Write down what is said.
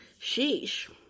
Sheesh